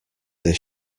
this